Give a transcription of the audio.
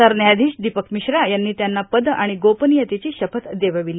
सरल्यायाधीश दीपक मिश्रा यांनी त्यांना पद आणि गोपनियतेची शपथ देवविली